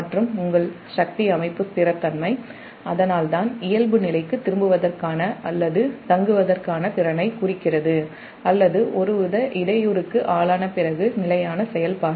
மற்றும் உங்கள் சக்தி அமைப்பு நிலைத்தன்மை அதனால்தான் இயல்பு நிலைக்கு திரும்புவதற்கான அல்லது தங்குவதற்கான திறனைக் குறிக்கிறது அல்லது ஒருவித இடையூறுக்கு ஆளான பிறகு நிலையான செயல்பாடு